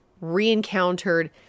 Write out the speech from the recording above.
re-encountered